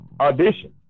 audition